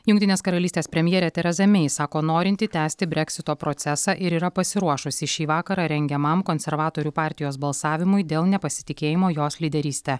jungtinės karalystės premjerė tereza mei sako norinti tęsti breksito procesą ir yra pasiruošusi šį vakarą rengiamam konservatorių partijos balsavimui dėl nepasitikėjimo jos lyderyste